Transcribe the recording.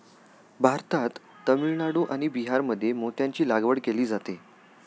भारतात तामिळनाडू आणि बिहारमध्ये मोत्यांची लागवड केली जाते